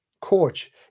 coach